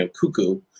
cuckoo